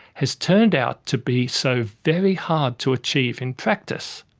has turned out to be so very hard to achieve in practice.